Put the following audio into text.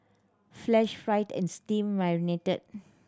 flash fried and steam marinated